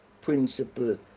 principle